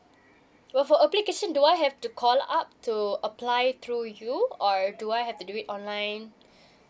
for the application do I have to call up to apply through you or do I have to do it online